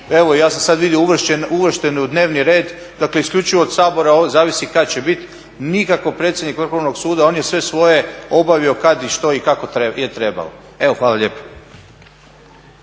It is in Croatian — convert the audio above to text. evo ja sam sad vidio uvršteno je u dnevni red, dakle isključivo od Sabora zavisi kad će bit. Nikako predsjednik Vrhovnog suda, on je sve svoje obavio kad i što i kako je trebalo. Hvala lijepo.